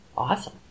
Awesome